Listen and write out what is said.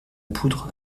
poudre